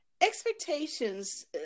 expectations